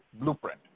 blueprint